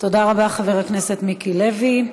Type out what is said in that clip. תודה רבה, חבר הכנסת מיקי לוי.